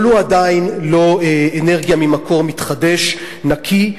אבל הוא עדיין לא אנרגיה ממקור מתחדש נקי.